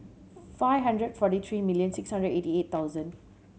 five hundred forty tree million six hundred eighty eight thousand